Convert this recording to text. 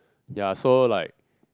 ya so like